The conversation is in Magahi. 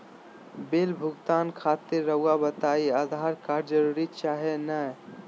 बिल भुगतान खातिर रहुआ बताइं आधार कार्ड जरूर चाहे ना?